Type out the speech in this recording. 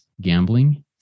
gambling